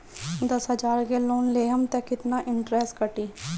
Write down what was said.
दस हजार के लोन लेहम त कितना इनट्रेस कटी?